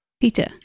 Peter